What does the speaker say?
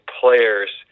players